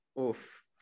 Oof